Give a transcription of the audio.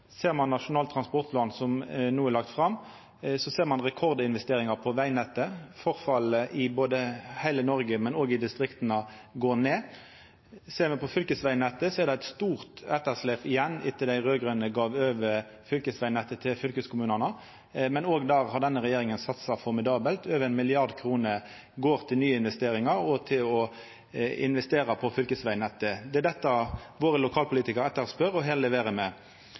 ser ein rekordinvesteringar i vegnettet. Forfallet både i heile Noreg og i distrikta går ned. Ser me på fylkesvegnettet, er det eit stort etterslep igjen etter at dei raud-grøne gav fylkesvegnettet over til fylkeskommunane, men òg der har denne regjeringa satsa formidabelt. Over 1 mrd. kr går til nyinvesteringar og til å investera på fylkesvegnettet. Det er dette våre lokalpolitikarar etterspør, og her leverer me. Ei anna viktig distriktsatsing me har jobba med